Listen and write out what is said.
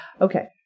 Okay